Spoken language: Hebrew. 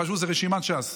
כי חשבו שזאת רשימת ש"ס.